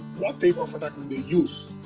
what type of attack will they use?